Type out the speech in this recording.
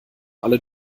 alle